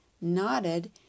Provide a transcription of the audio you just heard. nodded